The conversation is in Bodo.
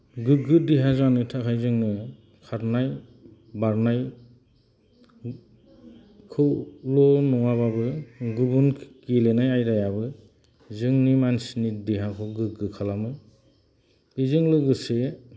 गोग्गो देहा जानो थाखाय जोंनो खारनाय बारनायखौल' नङाबाबो गुबुन गेलेनाय आयदायाबो जोंनि मानसिनि देहाखौ गोग्गो खालामो बिजों लोगोसे